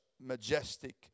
majestic